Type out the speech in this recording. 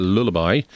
Lullaby